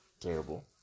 terrible